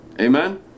Amen